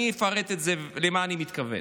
אני אפרט למה אני מתכוון.